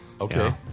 Okay